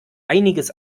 einiges